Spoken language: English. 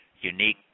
unique